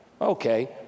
Okay